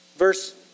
Verse